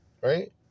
right